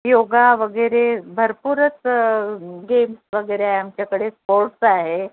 योगा वगैरे भरपूरच गेम्स वगैरे आमच्याकडे स्पोर्ट्स आहे